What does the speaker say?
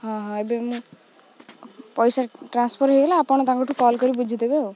ହଁ ହଁ ଏବେ ମୁଁ ପଇସା ଟ୍ରାନ୍ସଫର ହେଇଗଲା ଆପଣ ତାଙ୍କଠୁ କଲ୍ କରି ବୁଝିଦେବେ ଆଉ